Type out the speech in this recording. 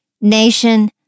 nation